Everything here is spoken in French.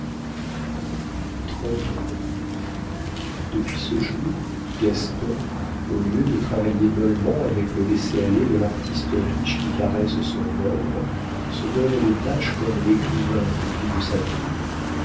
depuis ce jour gaston au lieu de travailler mollement et avec le laisser-aller de l'artiste riche qui caresse son œuvre se donne des tâches comme l'écrivain qui vit de sa plume